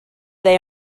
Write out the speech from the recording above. they